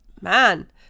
man